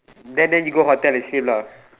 then then you go hotel and sleep lah